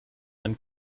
ein